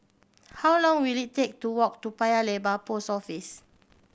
how long will it take to walk to Paya Lebar Post Office